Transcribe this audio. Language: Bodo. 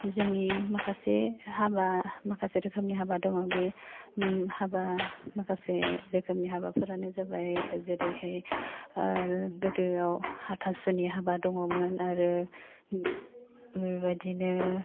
जोंनि माखासे हाबा माखासे रोखोमनि हाबा दङ बे उम हाबा माखासे रोखोमनि हाबाफोरानो जाबाय जेरैहाय ओह गोदोयाव हाथा सुनि हाबा दङमोन आरो बेबायदिनो